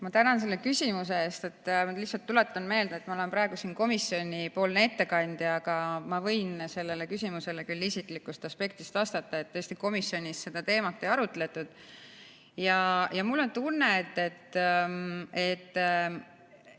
Ma tänan selle küsimuse eest. Lihtsalt tuletan meelde, et ma olen praegu siin komisjoni ettekandja. Aga ma võin sellele küsimusele küll isiklikust aspektist vastata. Tõesti, komisjonis seda teemat ei arutatud. Mul on tunne, et